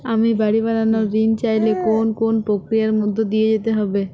আমি বাড়ি বানানোর ঋণ চাইলে কোন কোন প্রক্রিয়ার মধ্যে দিয়ে যেতে হবে?